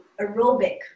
aerobic